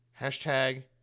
hashtag